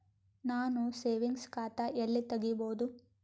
ನಾನು ಸೇವಿಂಗ್ಸ್ ಖಾತಾ ಎಲ್ಲಿ ತಗಿಬೋದು?